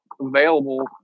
available